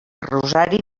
rosari